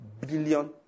billion